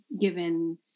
given